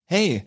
Hey